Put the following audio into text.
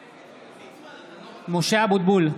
(קורא בשמות חברי הכנסת) משה אבוטבול,